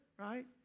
right